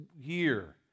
year